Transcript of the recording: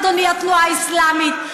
אדוני התנועה האסלאמית,